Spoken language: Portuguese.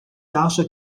acha